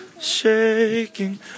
shaking